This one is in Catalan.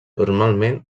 normalment